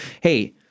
Hey